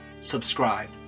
subscribe